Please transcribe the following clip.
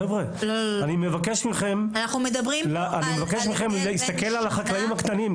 חבר'ה, אני מבקש מכם להסתכל על החקלאים הקטנים.